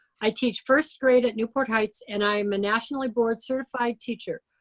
i teach first grade at newport heights and i'm a nationally board certified teacher.